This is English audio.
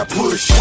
push